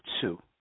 two